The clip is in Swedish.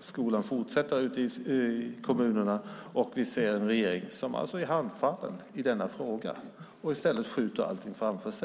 skolan fortsätter ute i kommunerna. Vi ser en regering som är handfallen i denna fråga och i stället skjuter allting framför sig.